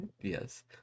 yes